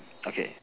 okay